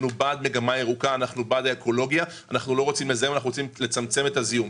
אנחנו בעד מגמה ירוקה ובעד עולם ירוק יותר וצמצום הזיהום.